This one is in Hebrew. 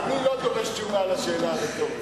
אני לא דורש תשובה על השאלה הרטורית.